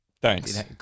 Thanks